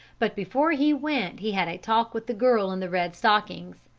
but before he went he had a talk with the girl in the red stockings.